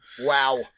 Wow